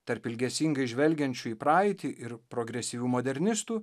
tarp ilgesingai žvelgiančių į praeitį ir progresyvių modernistų